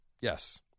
yes